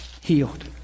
Healed